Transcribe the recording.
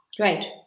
Right